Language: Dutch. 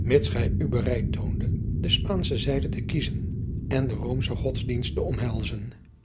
mits gij u bereid toondet de spaansche zijde te kiezen en de roomsche godsdienst te omhelzen